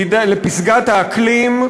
לפסגת האקלים,